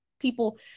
People